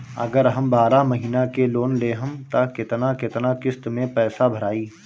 अगर हम बारह महिना के लोन लेहेम त केतना केतना किस्त मे पैसा भराई?